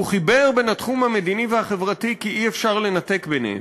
הוא חיבר בין התחום המדיני והחברתי כי אי-אפשר לנתק ביניהם.